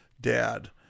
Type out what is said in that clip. dad